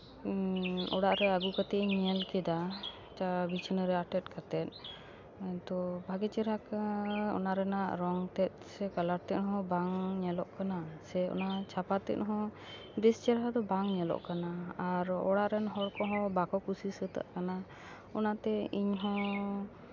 ᱚᱲᱟᱜ ᱨᱮ ᱟᱹᱜᱩ ᱠᱟᱛᱮᱫ ᱤᱧ ᱧᱮᱞ ᱠᱮᱫᱟ ᱵᱤᱪᱷᱱᱟᱹ ᱨᱮ ᱟᱴᱮᱫ ᱠᱟᱛᱮᱫ ᱛᱳ ᱵᱷᱟᱜᱮ ᱪᱮᱦᱨᱟ ᱚᱱᱟ ᱨᱮᱱᱟᱜ ᱨᱚᱝ ᱛᱮᱫ ᱥᱮ ᱠᱟᱞᱟᱨ ᱛᱮᱫ ᱦᱚᱸ ᱵᱟᱝ ᱧᱮᱞᱚᱜ ᱠᱟᱱᱟ ᱥᱮ ᱚᱱᱟ ᱪᱷᱟᱯᱟ ᱛᱮᱫ ᱦᱚᱸ ᱵᱮᱥ ᱪᱮᱦᱨᱟ ᱫᱚ ᱵᱟᱝ ᱧᱮᱞᱚᱜ ᱠᱟᱱᱟ ᱟᱨ ᱚᱲᱟᱜ ᱨᱮᱱ ᱦᱚᱲ ᱠᱚᱦᱚᱸ ᱵᱟᱠᱚ ᱠᱩᱥᱤ ᱥᱟᱹᱛᱟᱜ ᱠᱟᱱᱟ ᱚᱱᱟᱛᱮ ᱤᱧ ᱦᱚᱸ